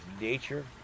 nature